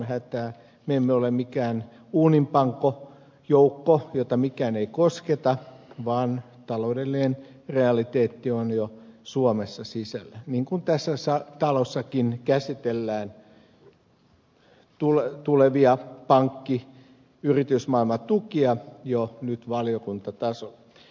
me emme ole mikään uuninpankkojoukko jota mikään ei kosketa vaan taloudellinen realiteetti on jo suomessa sisällä niin kun tässä talossakin käsitellään tulevia pankki ja yritysmaailmatukia jo nyt valiokuntatasolla